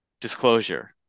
Disclosure